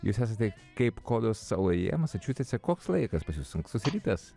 jūs esate kaip kodo saloje masačusetse koks laikas pas jus ankstus rytas